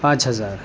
پانچ ہزار